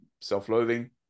self-loathing